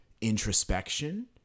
introspection